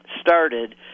started